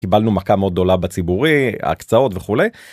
קיבלנו מכה מאוד גדולה בציבורי, הקצאות וכולי.